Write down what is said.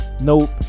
nope